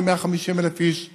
150,000-140,000 איש ביום,